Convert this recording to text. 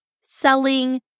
selling